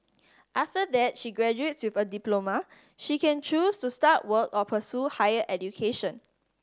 after that she graduates with a diploma she can choose to start work or pursue higher education